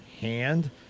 hand